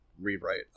rewrite